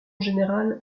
générale